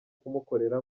kumukorera